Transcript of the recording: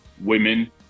women